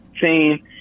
team